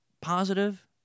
positive